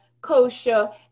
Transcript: kosha